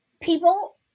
people